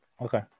Okay